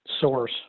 source